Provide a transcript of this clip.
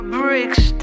bricks